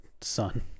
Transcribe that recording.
son